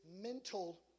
mental